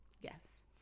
Yes